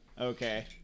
Okay